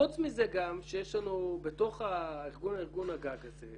חוץ מזה יש לנו גם בתוך ארגון הגג הזה,